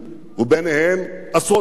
וביניהם עשרות נאומים.